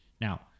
Now